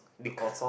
dick